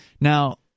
Now